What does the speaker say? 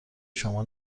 شما